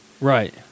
Right